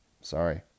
Sorry